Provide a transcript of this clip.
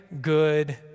good